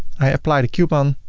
i apply the coupon.